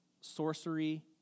sorcery